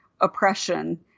oppression